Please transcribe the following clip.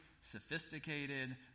sophisticated